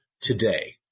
today